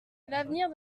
l’avenir